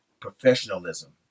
professionalism